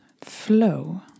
flow